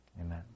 Amen